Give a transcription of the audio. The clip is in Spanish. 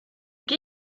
qué